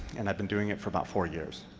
and i've been doing it for about four years.